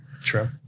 true